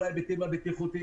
יש את כל ההיבטים הבטיחותיים,